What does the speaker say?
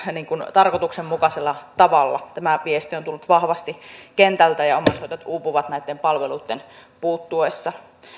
tarkoituksenmukaisella tavalla tämä viesti on tullut vahvasti kentältä ja omaishoitajat uupuvat näitten palveluitten puuttuessa